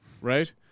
right